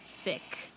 sick